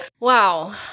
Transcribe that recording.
Wow